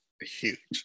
huge